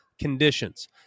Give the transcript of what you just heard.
Conditions